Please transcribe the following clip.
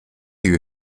you